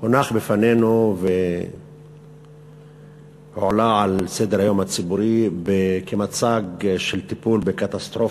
הונח בפנינו והועלה על סדר-היום הציבורי כמצג של טיפול בקטסטרופה,